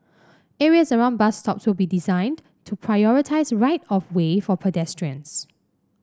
areas around bus stops will be designated to prioritise right of way for pedestrians